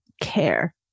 care